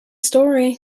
story